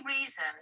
reason